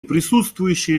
присутствующие